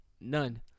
none